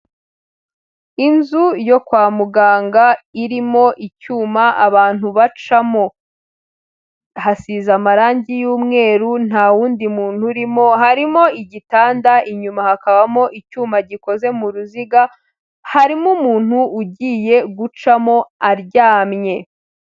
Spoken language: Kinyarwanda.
Inzu yo kwa muganga irimo icyuma abantu bacamo, hasize amarange y'umweru nta wundi muntu urimo, harimo igitanda inyuma hakabamo icyuma gikoze mu ruziga, harimo umuntu ugiye gucamo aryamye.